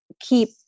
keep